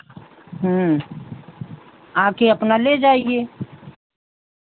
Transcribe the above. ह्म्म आके अपना ले जाइए